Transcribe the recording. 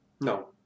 No